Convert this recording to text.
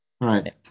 Right